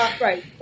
Right